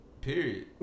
Period